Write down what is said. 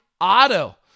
auto